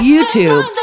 YouTube